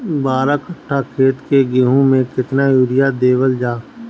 बारह कट्ठा खेत के गेहूं में केतना यूरिया देवल जा?